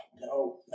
No